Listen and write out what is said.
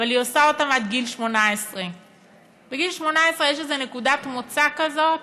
אבל היא עושה אותם עד גיל 18. בגיל 18 יש איזו נקודת מוצא כזאת: